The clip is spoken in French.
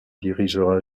dirigera